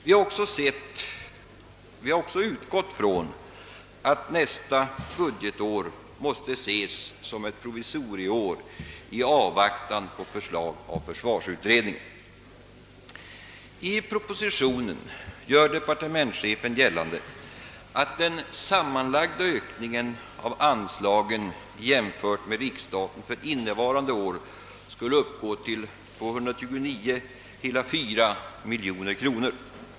Vidare har vi utgått från att nästa budgetår måste ses som ett provisorieår i avvaktan på förslag från försvarsutredningen. I propositionen gör departementschefen gällande att den sammanlagda ökningen av anslagen jämfört med riksstaten för innevarande år skulle uppgå till 229,4 miljoner kronor.